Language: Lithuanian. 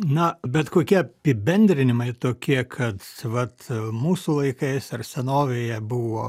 na bet kokie apibendrinimai tokie kad vat mūsų laikais ar senovėje buvo